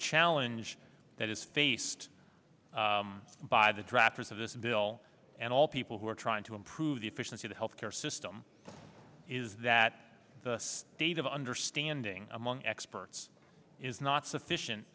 challenge that is faced by the drafters of this bill and all people who are trying to improve the efficiency of health care system is that the date of understanding among experts is not sufficient